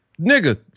nigga